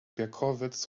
berkowitz